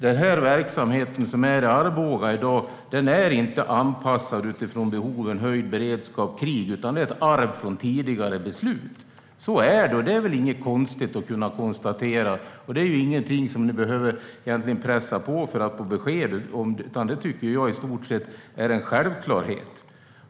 Den verksamhet som finns i Arboga i dag är inte anpassad utifrån behovet av en höjd beredskap i krig, utan den är ett arv från tidigare beslut. Så är det, och det är väl inget konstigt att kunna konstatera. Det är inte något ni behöver pressa på för att få besked om, utan det tycker jag i stort sett är en självklarhet.